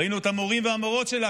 ראינו את המורים והמורות שלה,